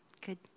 Good